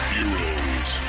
Heroes